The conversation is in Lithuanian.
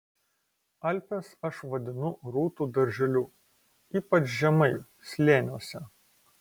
alpes aš vadinu rūtų darželiu ypač žemai slėniuose